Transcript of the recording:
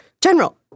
General